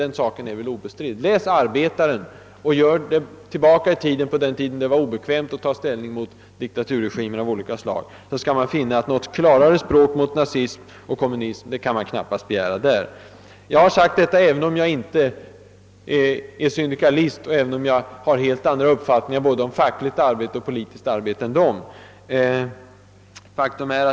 Om man läser Arbetaren från den tiden då det var obekvämt att reagera mot diktaturregimer av olika slag skall man finna att något klarare ställningstagande mot nazism och kommunism kan man knappast begära. Jag har velat säga detta även om jag inte själv är syndikalist och även om jag har helt andra uppfattningar om både fackligt och politiskt arbete än de har.